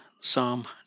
Psalm